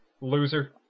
Loser